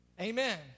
Amen